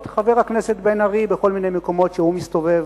את חבר הכנסת בן-ארי בכל מיני מקומות שהוא מסתובב